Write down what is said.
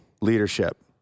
Leadership